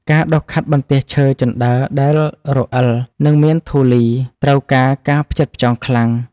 ការដុសខាត់បន្ទះឈើជណ្តើរដែលរអិល និងមានធូលី ត្រូវការការផ្ចិតផ្ចង់ខ្លាំង។